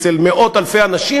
אצל מאות-אלפי אנשים,